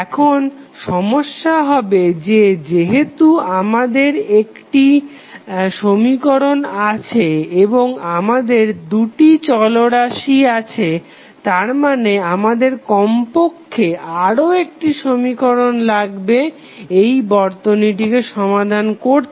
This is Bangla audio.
এখন সমস্যা হবে যে যেহেতু আমাদের একটি সমীকরণ আছে এবং আমাদের দুটি চলরাশি আছে তারমানে আমাদের কমপক্ষে আরও একটি সমীকরণ লাগবে এই বর্তনীটিকে সমাধান করতে